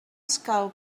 escau